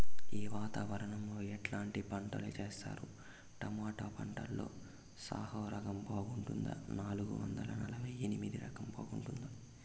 ఈ వాతావరణం లో ఎట్లాంటి పంటలు చేస్తారు? టొమాటో పంటలో సాహో రకం బాగుంటుందా నాలుగు వందల నలభై ఎనిమిది రకం బాగుంటుందా?